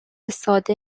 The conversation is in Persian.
ساده